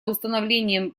установлением